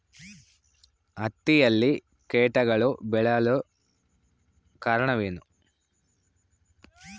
ಹತ್ತಿಯಲ್ಲಿ ಕೇಟಗಳು ಬೇಳಲು ಕಾರಣವೇನು?